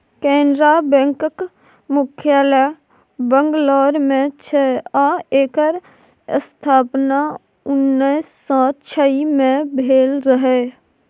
कैनरा बैकक मुख्यालय बंगलौर मे छै आ एकर स्थापना उन्नैस सँ छइ मे भेल रहय